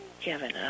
Kevin